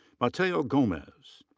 mateo gomez.